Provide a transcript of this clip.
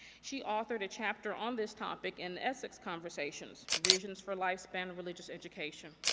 she authored a chapter on this topic in essex conversations visions for lifespan religious education.